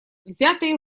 взятые